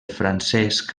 francesc